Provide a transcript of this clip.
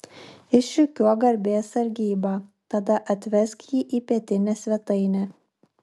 išrikiuok garbės sargybą tada atvesk jį į pietinę svetainę